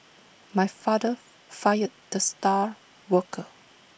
my father fired the star worker